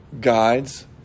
guides